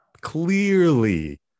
clearly